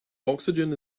oxygen